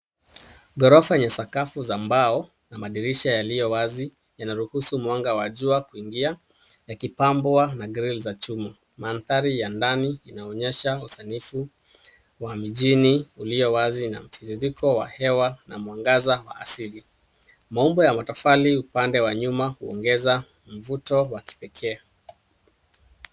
Ghorofa yenye sakafu za mbao na madirisha yaliyowazi yanaruhusu mwanga wa jua kuingia, yakipambwa na grill za chuma. Mandhari ya ndani inaonyesha usanifu wa mijini uliowazi na mtiririko wa hewa na mwangaza wa asili. Maumbo ya matofali upande wa nyuma huongeza mvuto wa kipekee.